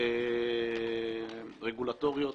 רגולטוריות